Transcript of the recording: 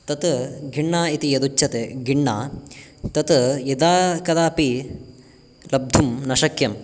तत् घिण्णा इति यदुच्यते गिण्णा तत् यदा कदापि लब्धुं न शक्यम्